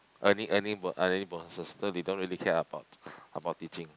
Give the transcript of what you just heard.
earning earning earning bonuses so they don't really care about about teaching